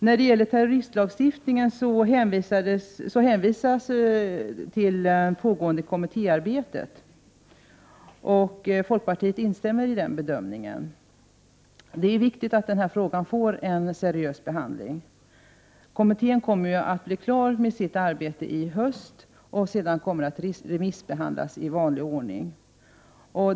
När det gäller terroristlagstiftningen hänvisas till pågående kommittéarbete. Folkpartiet instämmer i den bedömningen. Det är viktigt att den här frågan får en seriös behandling. Kommittén kommer ju att bli klar med sitt betänkande i höst, och sedan kommer det att remissbehandlas i vanlig ordning.